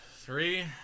Three